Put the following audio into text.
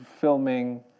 filming